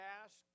ask